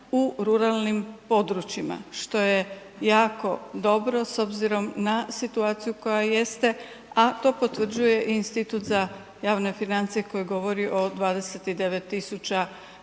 u ruralnim područjima što je jako dobro s obzirom na situaciju koja jeste, a to potvrđuje i Institut za javne financije koji govori o 29.000